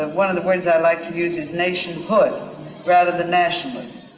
ah one of the words i like to use is nationhood rather than nationalism.